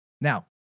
Now